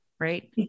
Right